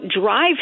drive